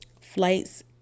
flights